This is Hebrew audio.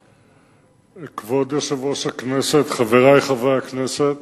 1. כבוד יושב-ראש הכנסת, חברי חברי הכנסת,